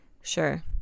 Sure